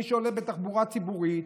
למי שעולה לתחבורה ציבורית.